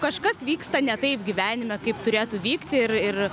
kažkas vyksta ne taip gyvenime kaip turėtų vykti ir ir